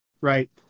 right